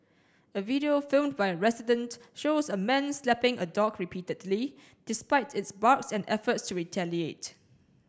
a video filmed by a resident shows a man slapping a dog repeatedly despite its barks and efforts to retaliate